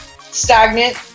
stagnant